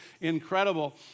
incredible